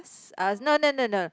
uh no no no no